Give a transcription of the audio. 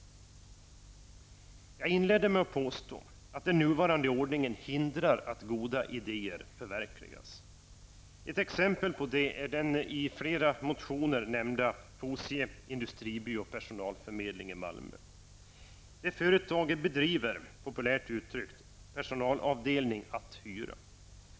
Jag inledde med att påstå att den nuvarande ordningen hindrar goda idéer att förverkligas. Ett exempel på detta är den i flera motioner nämnda Det företaget bedriver, populärt uttryckt, ''personalavdelning att hyra''.